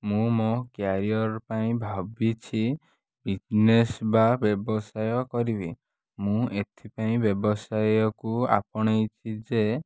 ମୁଁ ମୋ କ୍ୟାରିଅର୍ ପାଇଁ ଭାବିଛି ବିଜନେସ୍ ବା ବ୍ୟବସାୟ କରିବି ମୁଁ ଏଥିପାଇଁ ବ୍ୟବସାୟକୁ ଆପଣେଇଛି ଯେ